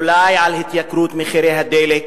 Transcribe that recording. אולי על התייקרות הדלק,